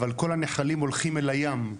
אבל כל הנחלים הולכים אל הים,